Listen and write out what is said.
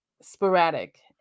sporadic